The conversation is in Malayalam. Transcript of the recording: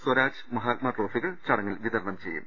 സ്വരാജ് മഹാത്മാ ട്രോഫികൾ ചടങ്ങിൽ വിതരണം ചെയ്യും